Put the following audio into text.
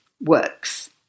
works